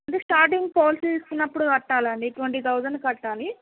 మీరు starting policy తీసుకున్నప్పుడు కట్టాలండి ట్వంటీ థౌజండ్ కట్టాలి